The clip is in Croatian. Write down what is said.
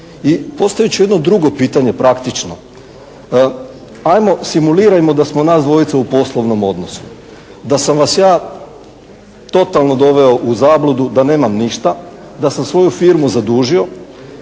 I postavit ću jednog drugo pitanje, praktično. Ajmo simulirajmo da smo nas dvojica u poslovnom odnosu, da sam vas ja totalno doveo u zabludu da nemam ništa, da sam svoju firmu zadužio